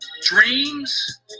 dreams